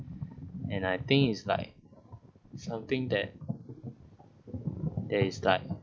and I think is like something that that is like